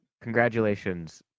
congratulations